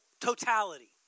totality